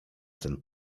ten